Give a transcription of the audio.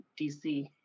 DC